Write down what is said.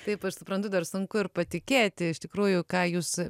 taip aš suprantu dar sunku ir patikėti iš tikrųjų ką jūs